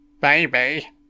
Baby